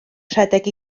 rhedeg